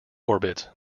orbits